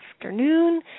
afternoon